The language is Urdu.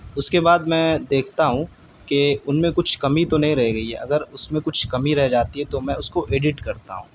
اس کے بعد میں دیکھتا ہوں کہ ان میں کچھ کمی تو نہیں رہ گئی ہے اگر اس میں کچھ کمی رہ جاتی ہے تو میں اس کو ایڈٹ کرتا ہوں